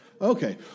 Okay